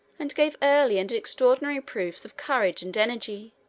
and gave early and extraordinary proofs of courage and energy,